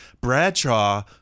Bradshaw